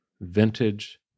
vintage